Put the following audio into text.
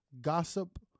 gossip